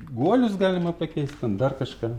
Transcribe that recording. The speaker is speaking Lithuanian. guolius galima pakeist ten dar kažką